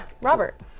Robert